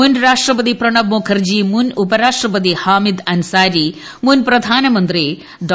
മുൻ രാഷ്ട്രപതി പ്രണബ് മുഖർജി മുൻ ഉപരാഷ്ട്രപതി ഹാമിദ് അൻസാരി മുൻ പ്രധാനമന്ത്രി ഡോ